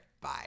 Bye